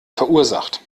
verursacht